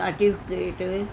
certificate